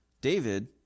David